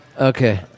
Okay